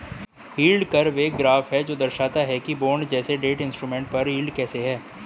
yield curve एक graph है जो दर्शाता है कि बॉन्ड जैसे डेट इंस्ट्रूमेंट पर यील्ड कैसे है